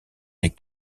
des